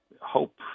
hope